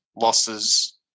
losses